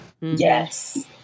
yes